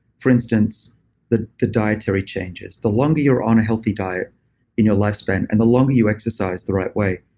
for instance the the dietary changes. the longer you're on a healthy diet in your lifespan and the longer you exercise the right way,